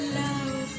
love